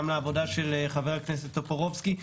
גם לעבודת חבר הכנסת טופורובסקי,